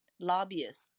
lobbyists